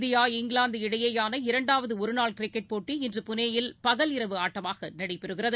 India England இடையேயான இரண்டாவதுஒருநாள் cricket போட்டி இன்று புனே யில் பகல் இரவு ஆட்டமாகநடைபெறுகிறது